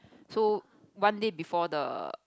so one day before the